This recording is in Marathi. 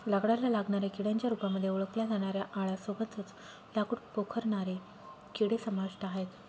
लाकडाला लागणाऱ्या किड्यांच्या रूपामध्ये ओळखल्या जाणाऱ्या आळ्यां सोबतच लाकूड पोखरणारे किडे समाविष्ट आहे